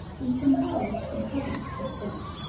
he was compelled to be present to the finish.